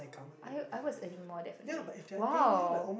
I I was earning more definitely !wow!